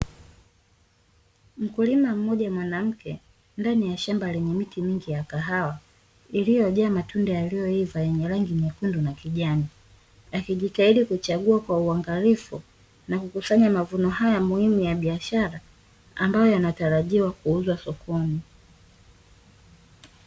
Mkulima mmoja mwanamke ndani ya shamba lenye miti mingi ya kahawa iliyojaa matunda yaliyoiva yenye rangi nyekundu na kijani, akijitahidi kuchagua kwa uangalifu na kukusanya mavuno haya muhimu ya biashara ambayo yanatarajiwa kuuzwa sokoni.